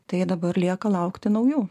tai dabar lieka laukti naujų